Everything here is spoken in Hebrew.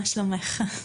מה שלומך?